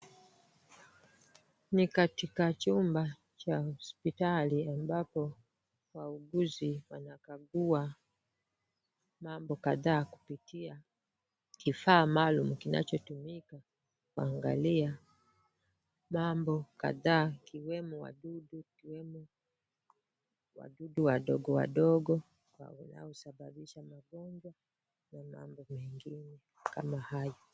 Ni katika chumba cha hospitali ambapo wauguzi wanakagua mambo kadhaa kupitia kifaa maalum kinachotumika kuangalia mambo kadhaa ikiwemo wadudu, ikiwemo wadudu wadogo wadogo wanaosababisha magonjwa na mambo mengine kama hayo.